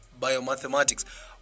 Biomathematics